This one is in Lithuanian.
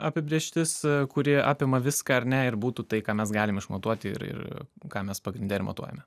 apibrėžtis kuri apima viską ar ne ir būtų tai ką mes galim išmatuoti ir ir ką mes pagrinde ir matuojame